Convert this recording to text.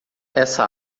essa